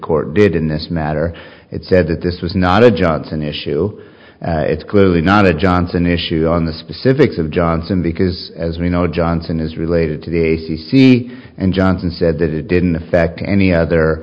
court did in this matter it said that this was not a johnson issue it's clearly not a johnson issue on the specifics of johnson because as we know johnson is related to the a c c and johnson said that it didn't affect any other